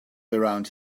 around